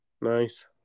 Nice